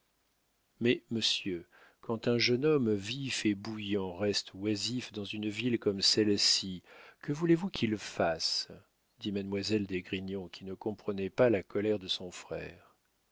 mais monsieur quand un jeune homme vif et bouillant reste oisif dans une ville comme celle-ci que voulez-vous qu'il fasse dit mademoiselle d'esgrignon qui ne comprenait pas la colère de son frère